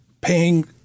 paying